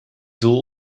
doel